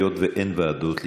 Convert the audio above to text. היות שאין ועדות,